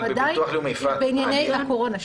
אנחנו עדיין בענייני הקורונה.